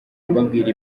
mbabwira